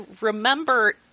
remember